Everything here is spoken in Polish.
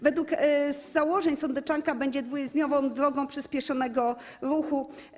Według założeń sądeczanka będzie dwujezdniową drogą przyspieszonego ruchu.